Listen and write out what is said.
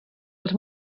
els